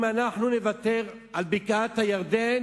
אם אנחנו נוותר על בקעת-הירדן,